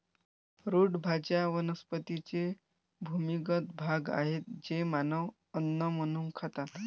route भाज्या वनस्पतींचे भूमिगत भाग आहेत जे मानव अन्न म्हणून खातात